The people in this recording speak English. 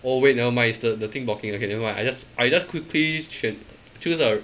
oh wait nevermind it's the the thing blocking okay nevermind I just I just quickly 选 choose a